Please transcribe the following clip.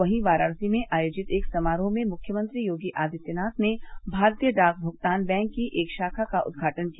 वहीं वाराणसी में आयोजित एक समारोह में मुख्यमंत्री योगी आदित्यनाथ ने भारतीय डाक भुगतान बैंक की एक शाखा का उद्घाटन किया